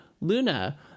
Luna